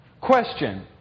Question